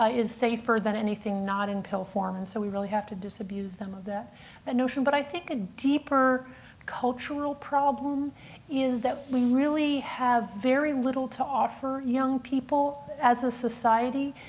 is safer than anything not in pill form. and so we really have to disabuse them of that and notion. but i think a deeper cultural problem is that we really have very little to offer young people, as a society,